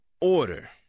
order